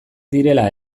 direla